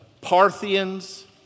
Parthians